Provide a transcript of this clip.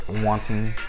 wanting